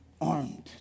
armed